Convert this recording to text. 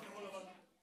אז למה כחול לבן מתנגדים?